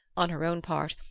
on her own part,